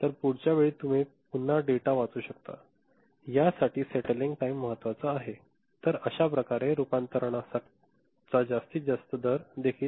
तर पुढच्या वेळी तुम्ही पुन्हा डेटा वाचू शकता या साठी सेटलिंग टाइम महत्वाचा आहे तर अश्या प्रकारे रूपांतरणाचा जास्तीत जास्त दर देखील